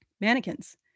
Mannequins